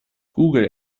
google